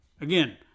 Again